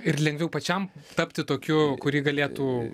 ir lengviau pačiam tapti tokiu kurį galėtų